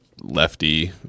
lefty